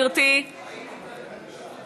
וכמובן, למנהלת הוועדה.